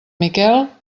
miquel